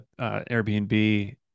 Airbnb